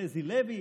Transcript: חזי לוי,